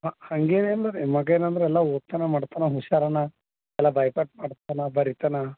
ಹಾಂ ಹಾಗೇನಿಲ್ಲರಿ ಮಗ ಏನಂದ್ರೆ ಎಲ್ಲ ಓದ್ತಾನ ಮಾಡ್ತಾನ ಹುಷಾರ್ ಅನಾ ಎಲ್ಲ ಭಯಪಟ್ಟು ಮಾಡ್ತನ ಬರಿತಾನ